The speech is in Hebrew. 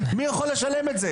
מי יכול לשלם את זה?